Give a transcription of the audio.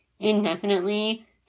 indefinitely